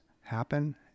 happen